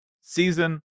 season